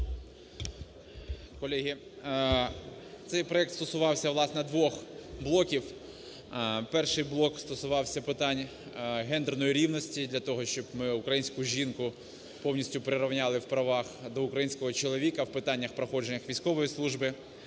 Колеги! Цей проект стосувався, власне, двох блоків. Перший блок стосувався питань гендерної рівності для того, щоб ми українську жінку повністю прирівняли у правах до українського чоловіка в питаннях проходження військової служби,